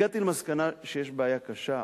הגעתי למסקנה שיש בעיה קשה.